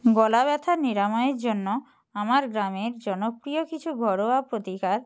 গলা ব্যথা নিরাময়ের জন্য আমার গ্রামের জনপ্রিয় কিছু ঘরোয়া প্রতিকার